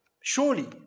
Surely